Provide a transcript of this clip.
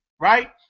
right